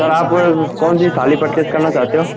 sir आप कौन सी थाली परचेस करना चाहते हो